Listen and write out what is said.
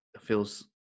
feels